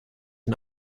den